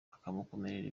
akamukorera